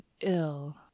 ill